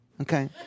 Okay